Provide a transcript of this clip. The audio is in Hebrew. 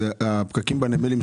הפקקים בנמלים.